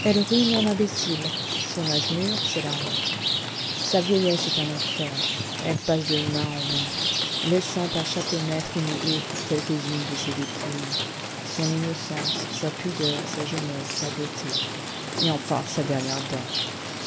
ruine un imbécile son âge mûr c'est la honte sa vieillesse est un enfer elle passe de main en main laissant à chaque maître nouveau quelqu'une de ses dépouilles son innocence sa pudeur sa jeunesse sa beauté et enfin sa dernière dent